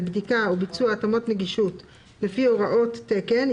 בדיקה או ביצוע התאמות נגישות לפי הוראות תקן,